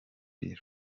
bureau